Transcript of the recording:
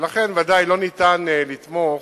ולכן ודאי לא ניתן לתמוך